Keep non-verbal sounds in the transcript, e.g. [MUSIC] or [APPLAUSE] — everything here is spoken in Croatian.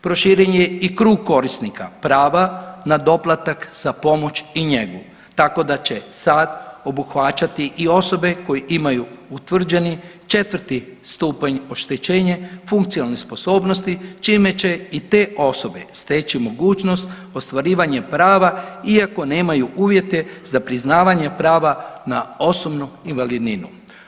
Proširen je i krug korisnika, prava na doplatak za pomoć i njegu, tako da će sad obuhvaćati i osobe koje imaju utvrđeni 4. stupanj oštećenje ... [UNINTELLIGIBLE] sposobnosti, čime će i te osobe steći mogućnost ostvarivanje prava iako nemaju uvjete za priznavanje prava na osobnu invalidninu.